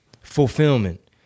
fulfillment